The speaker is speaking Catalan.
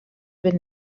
ben